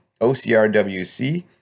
OCRWC